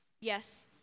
Yes